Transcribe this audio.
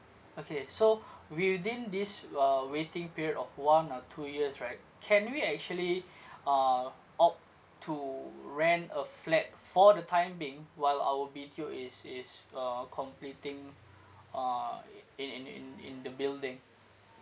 okay so within this uh waiting period of one or two years right can we actually ah opt to rent a flat for the time being while our B_T_O is is uh completing uh i~ in in in in the building